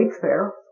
fair